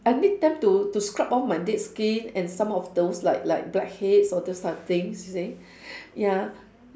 I need them to to scrub off my dead skin and some of those like like blackheads all those type of things you see ya